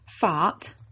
fart